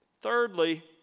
Thirdly